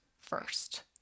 first